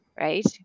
Right